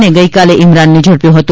અને ગઇકાલે ઇમરાનને ઝડપ્યો હતો